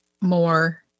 more